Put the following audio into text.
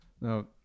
Now